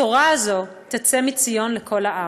התורה הזאת תצא מציון לכל הארץ,